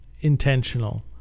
intentional